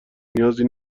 نیازی